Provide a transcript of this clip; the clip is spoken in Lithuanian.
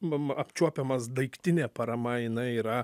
mum apčiuopiamas daiktinė parama jinai yra